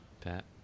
Pat